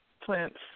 plants